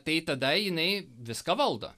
tai tada jinai viską valdo